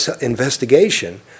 investigation